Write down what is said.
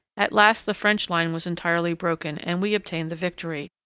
at last the french line was entirely broken, and we obtained the victory,